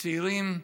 הצעירים,